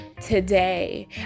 today